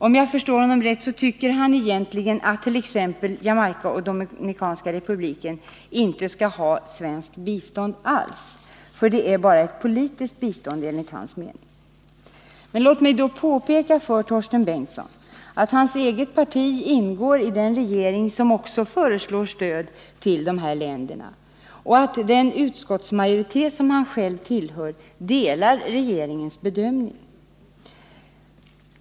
Om jag förstår honom rätt tycker han egentligen attt.ex. Jamaica och Dominikanska republiken inte skall ha svenskt bistånd alls eftersom det bara rör sig om ett politiskt bistånd enligt hans mening. Låt mig då påpeka för Torsten Bengtson att hans eget parti ingår i den regering som också föreslår stöd till dessa länder och att den utskottsmajoritet som han själv tillhör delar regeringens bedömning.